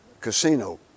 casino